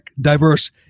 diverse